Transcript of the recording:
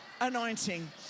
anointing